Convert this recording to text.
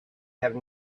have